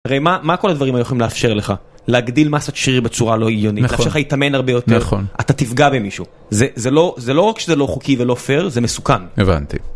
הרי מה, מה כל הדברים האלה יכולים לאפשר לך? להגדיל מסת שריר בצורה לא הגיונית, לאפשר לך להתאמן הרבה יותר, אתה תפגע במישהו. זה, זה לא, זה לא רק שזה לא חוקי ולא פייר, זה מסוכן. הבנתי.